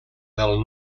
del